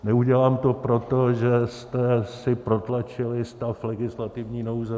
Neudělám to, protože jste si protlačili stav legislativní nouze.